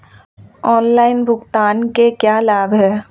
Online भुगतान के क्या लाभ हैं?